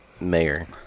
mayor